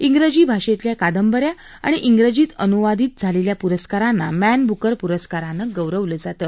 इंग्रजी भाषेतल्या कादंब या किंवा इंग्रजीत अनुवादित झालेल्या पुस्तकांना मॅन बुकर पुरस्कारानं गौरवलं जातं